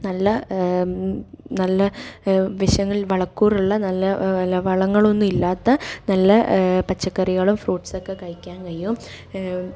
നല്ല നല്ല വിഷങ്ങൾ വളക്കൂറുള്ള നല്ല വളങ്ങൾ ഒന്നും ഇല്ലാത്ത നല്ല പച്ചക്കറികളും ഫ്രൂട്സും ഒക്കെ കഴിക്കാൻ കഴിയും